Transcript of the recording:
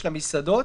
של המסעדות,